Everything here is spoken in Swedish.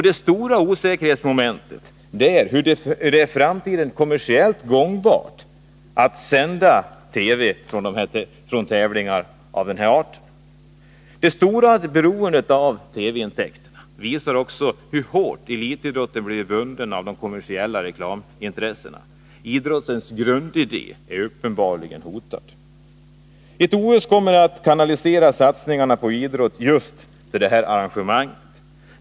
Det stora osäkerhetsmomentet är huruvida det i framtiden är kommersiellt gångbart att sända TV från tävlingar av den här arten. Det stora beroendet av TV-intäkterna visar också hur hårt elitidrotten blivit bunden av de kommersiella reklamintressena. Idrottens grundidé är uppenbarligen hotad. Ett OS kommer att kanalisera satsningarna på idrotten till just det här arrangemanget.